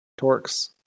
Torx